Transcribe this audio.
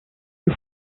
you